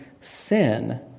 sin